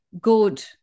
good